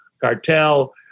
cartel